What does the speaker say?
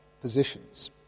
positions